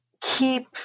keep